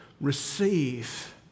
receive